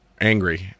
angry